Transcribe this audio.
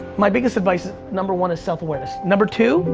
my biggest advice is, number one is self awareness. number two,